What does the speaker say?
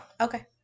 Okay